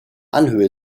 anhöhe